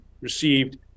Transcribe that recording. received